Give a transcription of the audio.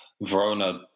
Verona